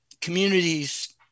communities